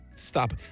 Stop